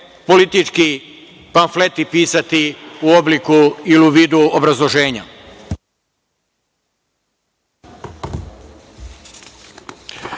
politički pamfleti pisati u obliku ili u vidu obrazloženja.